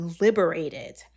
liberated